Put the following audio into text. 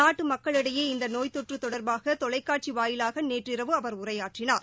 நாட்டு மக்களிடையே இந்த நோய் தொற்று தொடர்பாகதொலைக்காட்சி வாயிலாக நேற்றிரவு அவர் உரையாற்றினார்